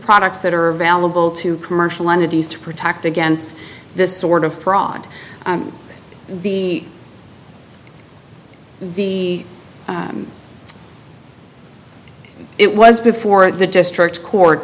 products that are available to commercial entities to protect against this sort of fraud the the it was before the district court